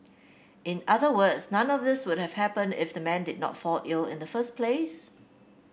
in other words none of these would have happened if the man did not fall ill in the first place